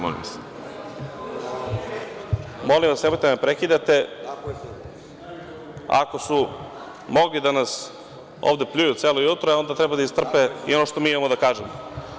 Molim vas, nemojte da me prekidate, ako su mogli da nas ovde pljuju celo jutro, onda treba da istrpe i ono što mi imamo da kažemo.